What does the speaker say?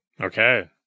Okay